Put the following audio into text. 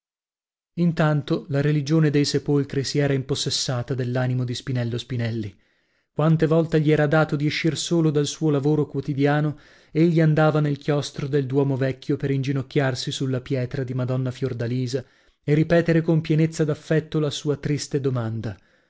intanto la religione dei sepolcri si era impossessata dell'animo di spinello spinelli quante volte gli era dato di escir solo dal suo lavoro quotidiano egli andava nel chiostro del duomo vecchio per inginocchiarsi sulla pietra di madonna fiordalisa e ripetere con pienezza d'affetto la sua triste domanda